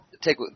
take